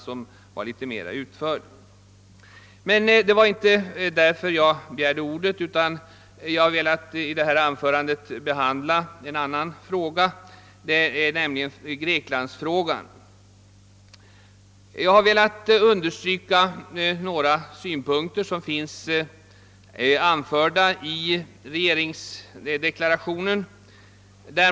Det var emellertid inte för att säga detta jag begärde ordet. Jag vill i detta anförande behandla en annan fråga, nämligen greklandsfrågan. Jag skulle vilja understryka några synpunkter som anförs i regeringsdeklarationen.